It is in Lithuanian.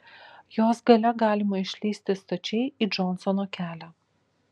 jos gale galima išlįsti stačiai į džonsono kelią